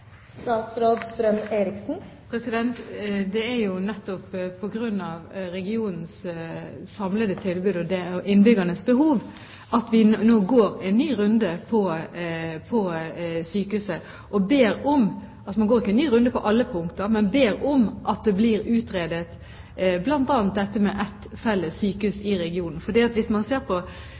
jo nettopp på grunn av regionens samlede tilbud og innbyggernes behov at vi nå går en ny runde på sykehuset. Man går ikke en ny runde på alle punkter, men man ber om at bl.a. ett felles sykehus i regionen blir utredet, for hvis man ser på